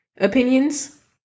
opinions